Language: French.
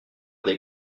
des